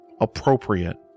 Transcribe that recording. appropriate